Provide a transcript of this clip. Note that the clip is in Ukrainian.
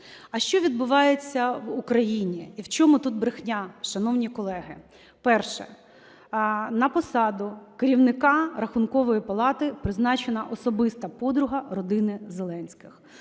А що відбувається в Україні і в чому тут брехня, шановні колеги? Перше. На посаду керівника Рахункової палати призначена особиста подруга родини Зеленських.